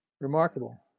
remarkable